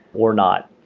or not,